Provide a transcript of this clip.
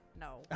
No